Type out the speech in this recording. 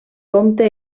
comte